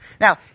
now